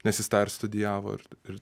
nes jis tą ir studijavo ir ir